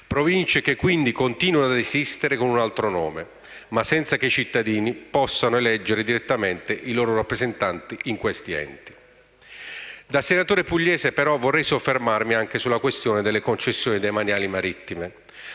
Province, le quali, quindi, continuano a esistere con un altro nome, ma senza che i cittadini possano eleggere direttamente i loro rappresentanti in tali enti. Da senatore pugliese, vorrei soffermarmi anche sulla questione delle concessioni demaniali marittime.